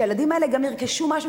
שהילדים האלה גם ירכשו משהו.